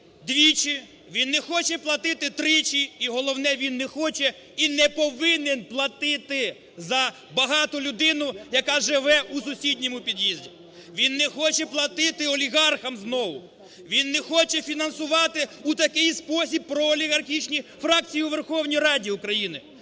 двічі, він не хоче платити тричі і головне – він не хоче і не повинен платити за багату людину, яка живе у сусідньому під'їзді. Він не хоче платити олігархам знову. Він не хоче фінансувати у такий спосіб проолігархічні фракції у Верховній Раді України.